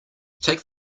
take